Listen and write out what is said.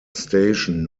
station